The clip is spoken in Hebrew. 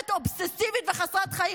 אובססיבית וחסרת חיים,